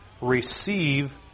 receive